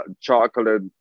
chocolate